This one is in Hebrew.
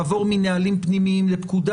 לעבור מנהלים פנימיים לפקודה.